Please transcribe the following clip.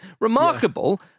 Remarkable